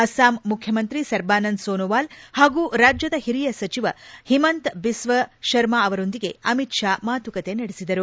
ಅಸ್ಪಾಂ ಮುಖ್ಯಮಂತ್ರಿ ಸರ್ಬಾನಂದಾ ಸೋನೋವಾಲ್ ಹಾಗೂ ರಾಜ್ಲದ ಹಿರಿಯ ಸಚಿವ ಹಿಮಂತ ಬಿಸ್ವ ಶರ್ಮ ಅವರೊಂದಿಗೆ ಅಮಿತ್ ಶಾ ಮಾತುಕತೆ ನಡೆಸಿದರು